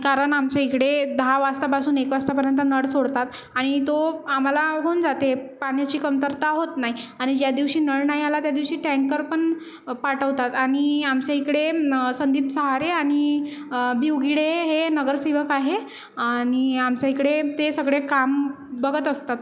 कारण आमच्या इकडे दहा वाजतापासून एक वाजतापर्यंत नळ सोडतात आणि तो आम्हाला होऊन जाते पाण्याची कमतरता होत नाही आणि ज्या दिवशी नळ नाही आला त्या दिवशी टँकरपण पाठवतात आणि आमच्या इकडे संदीप सहारे आणि बीवगिडे हे नगरसेवक आहे आणि आमच्या इकडे ते सगळे काम बघत असतात